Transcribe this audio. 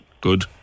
Good